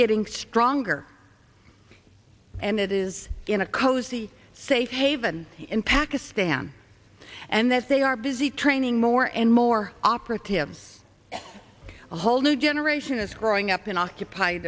getting stronger and it is in a cosy safe haven in pakistan and that they are busy training more and more operatives a whole new generation is growing up in occup